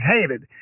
hated